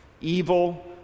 evil